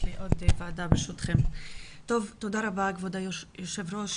כבוד היושב-ראש,